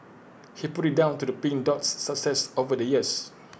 he put IT down to the pink Dot's success over the years